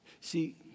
see